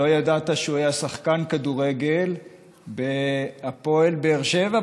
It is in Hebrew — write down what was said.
לא ידעת שהוא היה שחקן כדורגל בהפועל באר שבע,